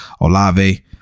Olave